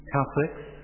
Catholics